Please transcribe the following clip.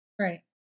Right